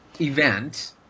event